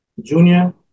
junior